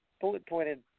bullet-pointed